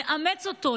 נאמץ אותו.